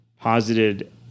posited